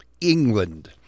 England